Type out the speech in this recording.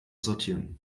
sortieren